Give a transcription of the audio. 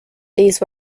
these